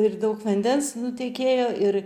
ir daug vandens nutekėjo ir